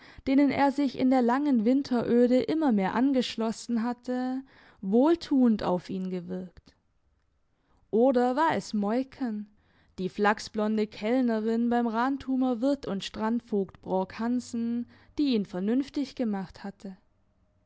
denen er sich in der langen winteröde immer mehr angeschlossen hatte wohltuend auf ihn gewirkt oder war es moiken die flachsblonde kellnerin beim rantumer wirt und strandvogt brork hansen die ihn vernünftig gemacht hatte